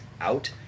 out